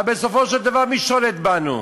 אבל בסופו של דבר מי שולט בנו?